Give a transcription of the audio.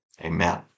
amen